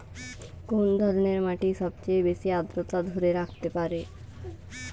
কোন ধরনের মাটি সবচেয়ে বেশি আর্দ্রতা ধরে রাখতে পারে?